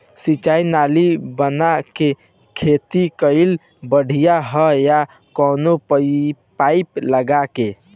सिंचाई नाली बना के खेती कईल बढ़िया ह या कवनो पाइप लगा के?